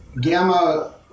Gamma